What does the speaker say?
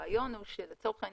הרעיון הוא שלצורך העניין,